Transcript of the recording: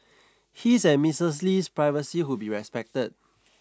his and Missus Lee's privacy would be respected